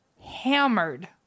hammered